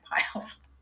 piles